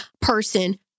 person